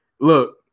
Look